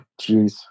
jeez